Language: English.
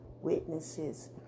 witnesses